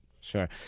sure